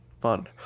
Fun